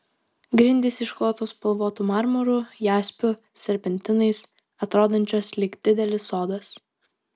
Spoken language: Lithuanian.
grindys išklotos spalvotu marmuru jaspiu serpentinais atrodančios lyg didelis sodas